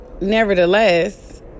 nevertheless